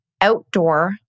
outdoor